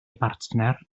bartner